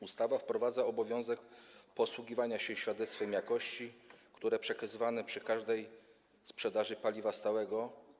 Ustawa wprowadza obowiązek posługiwania się świadectwem jakości, które przekazywane jest przy każdej sprzedaży paliwa stałego.